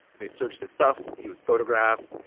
they searched his stuff. he was photographed,